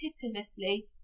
pitilessly